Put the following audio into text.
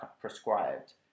prescribed